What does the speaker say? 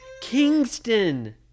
Kingston